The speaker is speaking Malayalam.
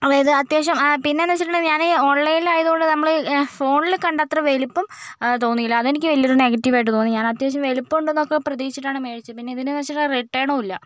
അതായത് അത്യാവശ്യം ആ പിന്നെയെന്ന് വെച്ചിട്ടുണ്ടെങ്കിൽ ഞാനീ ഓൺലൈൻലായത് കൊണ്ട് നമ്മൾ ഫോണിൽ കണ്ടത്ര വലിപ്പം ആ തോന്നിയില്ല അതെനിക്ക് വലിയൊരു നെഗറ്റീവായിട്ട് തോന്നി ഞാനത്യാവശ്യം വലിപ്പമുണ്ടെന്നൊക്കെ പ്രതീക്ഷിച്ചിട്ടാണ് മേടിച്ചത് പിന്നെ ഇതിനെന്ന് വെച്ചിട്ടെ റിട്ടേണുമില്ല